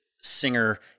singer